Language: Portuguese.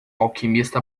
alquimista